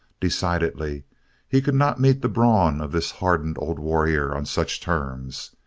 decidedly he could not meet the brawn of this hardened old warrior on such terms.